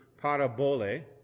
parabole